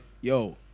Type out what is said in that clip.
yo